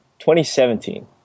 2017